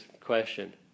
question